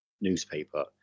newspaper